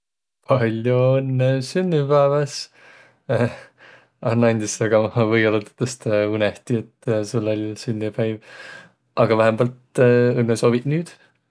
Pall'o õnnõ sünnüpääväs! Eh, annaq andis, aga ma või-ollaq tõtõstõ unõhti, et sul oll' sünnüpäiv! Aga vähämbält õnnõsooviq nüüd!